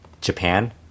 Japan